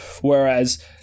whereas